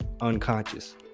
unconscious